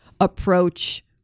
approach